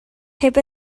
heb